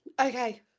Okay